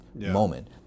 moment